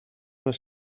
les